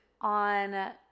on